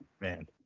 Man